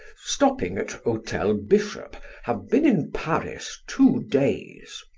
stopping at hotel bishop, have been in paris two days.